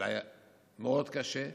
אולי מאוד קשה,